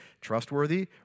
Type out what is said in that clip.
trustworthy